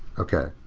okay.